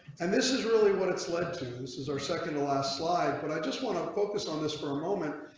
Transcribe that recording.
and this is really what it's led to use is our second last slide but i just want to focus on this for a moment.